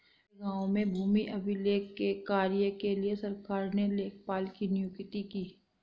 मेरे गांव में भूमि अभिलेख के कार्य के लिए सरकार ने लेखपाल की नियुक्ति की है